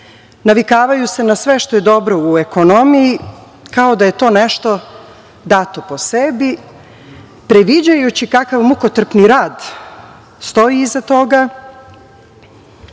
Navikavaju se na sve što je dobro u ekonomiji, kao da je to nešto dato po sebi, previđajući kakav mukotrpan rad stoji iza toga,